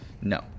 No